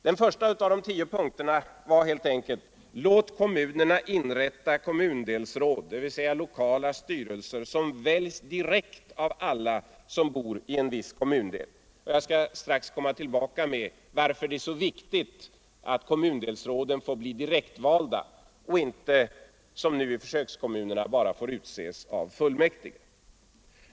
Den första av de tio punkterna var helt enkelt: Låt kommunerna inrätta kommundelsråd, dvs. lokala styrelser som väljs direkt av alla som bor i en viss kommundel. Jag skall strax återkomma till varför det är så viktigt att kommundelsråden får bli direktvalda och inte som nu i försökskommunerna bara får utses av fullmäktige.